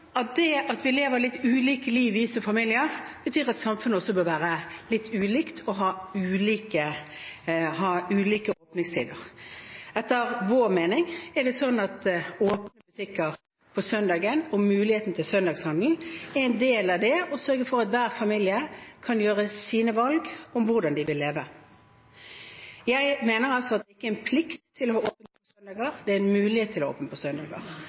Det at vi lever et litt ulikt liv i familier, betyr at samfunnet også må være litt ulikt og ha ulike åpningstider. Etter vår mening er det sånn at åpne butikker på søndag og muligheten til søndagshandel er en del av det å sørge for at hver familie kan gjøre sine valg om hvordan de vil leve. Jeg mener at det ikke er en plikt til ha åpent på søndager, det er en mulighet til å ha åpent på